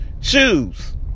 Shoes